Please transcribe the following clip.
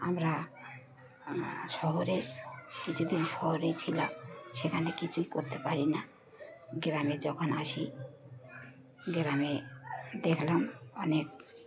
আমরা শহরে কিছুদিন শহরে ছিলাম সেখানে কিছুই করতে পারি না গ্রামে যখন আসি গ্রামে দেখলাম অনেক